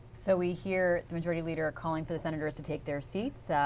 so we hear majority leader calling for the senators to take their seats.